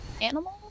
Animal